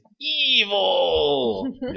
evil